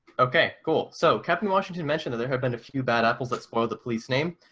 okay, cool. so captain washington mentioned that there have been a few bad apples that spoil the police name.